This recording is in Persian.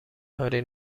کاری